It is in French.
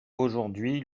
aujourd’hui